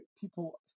people